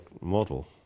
model